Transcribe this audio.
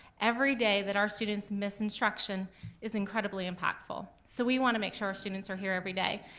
every day that our students miss instruction is incredibly impactful. so we wanna make sure our students are here every day.